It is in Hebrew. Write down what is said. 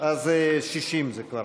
הצעת